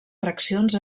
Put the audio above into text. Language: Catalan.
fraccions